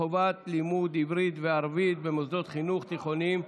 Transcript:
חובת לימוד עברית וערבית במוסדות חינוך תיכוניים),